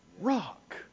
rock